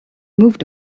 moved